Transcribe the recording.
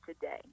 today